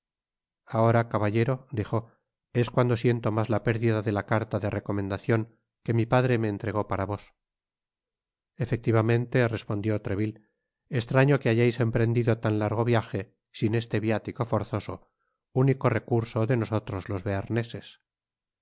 ahora caballero dijo es cuando siento mas la pérdida de la carta de recomendacion que mi padre me entregó para vos efectivamente respondió treville estraño que hayais emprendido tan largo viaje sin este viático forzoso único recurso de nosotros'los bearneses